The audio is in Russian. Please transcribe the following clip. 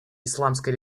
исламской